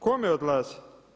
Kome odlazi?